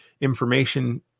information